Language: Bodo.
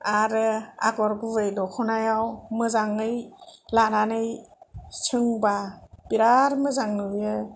आरो आगर गुबै दख'नायाव मोजाङै लानानै सोंबा बेराद मोजां नुयो